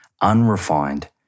unrefined